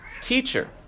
teacher